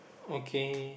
okay